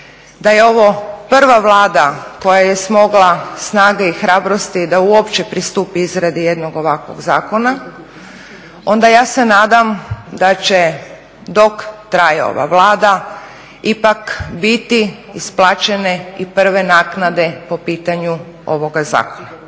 da je ovo prva Vlada koja je smogla snage i hrabrosti da uopće pristupi izradi jednog ovakvog zakona onda ja se nadam da će dok traje ova Vlada ipak biti isplaćene i prve naknade po pitanju ovoga zakona.